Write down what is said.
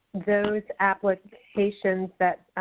those applications that